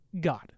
God